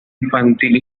infantil